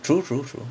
true true true